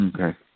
Okay